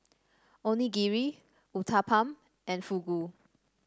Onigiri Uthapam and Fugu